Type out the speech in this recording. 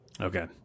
Okay